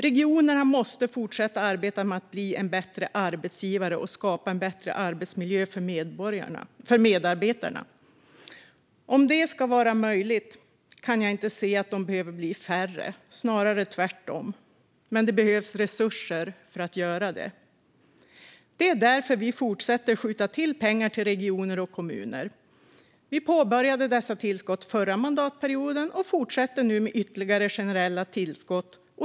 Regionerna måste fortsätta arbeta med att bli bättre arbetsgivare och skapa bättre arbetsmiljö för medarbetarna. Om detta ska vara möjligt kan jag inte se att de behöver bli färre - snarare tvärtom. Men det behövs resurser för att göra det. Det är därför vi fortsätter skjuta till pengar till regioner och kommuner. Vi påbörjade dessa tillskott förra mandatperioden och fortsätter nu med ytterligare generella tillskott.